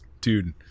dude